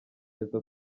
neza